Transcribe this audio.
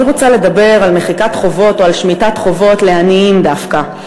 אני רוצה לדבר על מחיקת חובות או על שמיטת חובות לעניים דווקא.